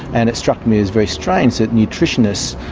and it struck me as very strange that nutritionists,